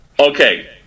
Okay